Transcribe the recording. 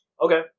Okay